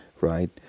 Right